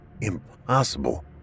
Impossible